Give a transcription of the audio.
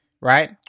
right